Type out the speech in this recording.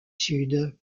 sud